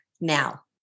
now